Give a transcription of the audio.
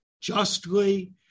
justly